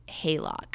Haylock